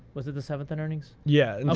was it the seventh in earnings? yeah,